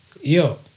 Yo